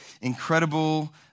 incredible